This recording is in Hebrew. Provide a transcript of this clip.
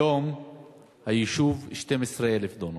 היום שטח השיפוט של היישוב 12,000 דונם.